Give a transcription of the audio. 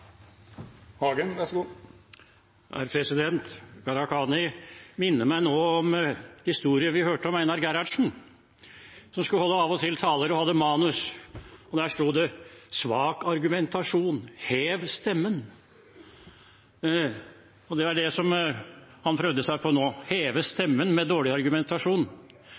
Gharahkhani minner meg nå om en historie vi hørte om Einar Gerhardsen, som av og til skulle holde taler og hadde manus, og der sto det: Svak argumentasjon: Hev stemmen! Det var det representanten prøvde seg på nå – heve stemmen med dårlig argumentasjon.